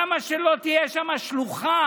למה שלא תהיה שם שלוחה,